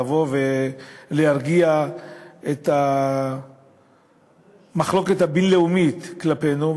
לבוא ולהרגיע את המחלוקת הבין-לאומית כלפינו,